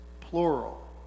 plural